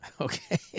Okay